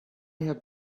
have